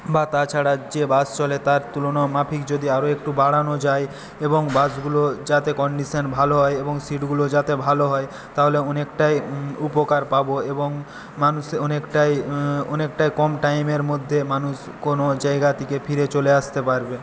বা তাছাড়া যে বাস চলে তার তুলনা মাফিক যদি আরও একটু বাড়ানো যায় এবং বাসগুলো যাতে কন্ডিশন ভালো হয় এবং সিটগুলো যাতে ভালো হয় তাহলে অনেকটাই উপকার পাবো এবং মানুষ অনেকটাই অনেকটাই কম টাইমের মধ্যে মানুষ কোন জায়গা থেকে ফিরে চলে আসতে পারবে